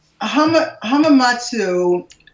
Hamamatsu